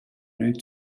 route